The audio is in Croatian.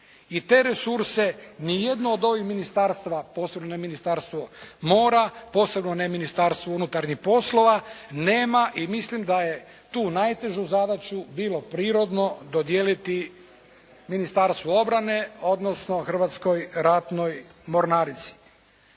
I te resurse ni jedno od ovih ministarstva, posebno ne Ministarstvo mora, posebno ne Ministarstvo unutarnjih poslova nema. I mislim da je tu najtežu zadaću bilo prirodno dodijeliti Ministarstvu obrane odnosno Hrvatskoj ratnoj mornarici.